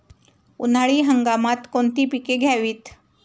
उन्हाळी हंगामात कोणती पिके घ्यावीत?